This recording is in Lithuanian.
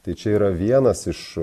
tai čia yra vienas iš